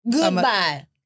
Goodbye